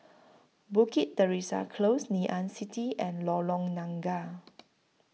Bukit Teresa Close Ngee Ann City and Lorong Nangka